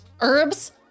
herbs